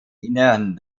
innern